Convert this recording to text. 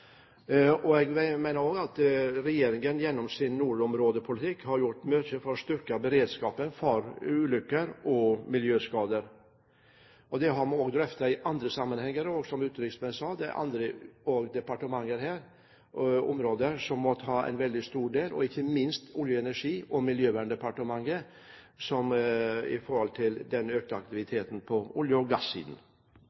tilrettelegging. Jeg mener også at regjeringen gjennom sin nordområdepolitikk har gjort mye for å styrke beredskapen for ulykker og miljøskader. Det har vi også drøftet i andre sammenhenger, og som utenriksministeren sa, det er andre departementer her også, områder som må ta en veldig stor del, ikke minst Olje- og energidepartementet og Miljøverndepartementet, i forhold til den økte